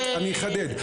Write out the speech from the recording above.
אני אחדד.